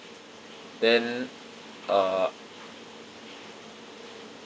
then uh